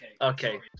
Okay